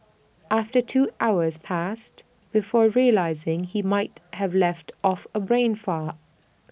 after two hours passed before realising he might have left off A brain fart